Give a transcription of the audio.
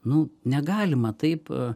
nu negalima taip